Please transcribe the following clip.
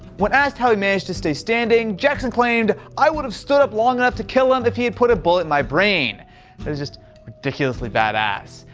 when asked how he managed to stay standing, jackson claimed, i would have stood up long enough to kill him if he had put a bullet in my brain. that was just ridiculously bad-ass.